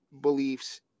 beliefs